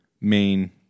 main